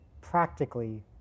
practically